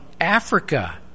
Africa